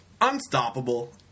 Unstoppable